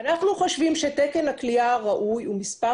אנחנו חושבים שתקן הכליאה הוא מספר